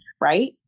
right